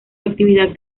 actividad